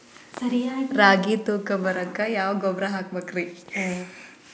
ರಾಗಿ ತೂಕ ಬರಕ್ಕ ಯಾವ ಗೊಬ್ಬರ ಹಾಕಬೇಕ್ರಿ?